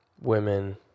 women